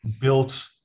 built